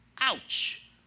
Ouch